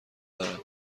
دارم